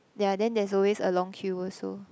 yeah then there's always a long queue also